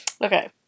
Okay